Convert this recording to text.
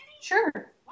Sure